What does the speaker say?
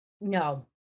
No